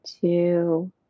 two